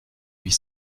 huit